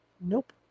Nope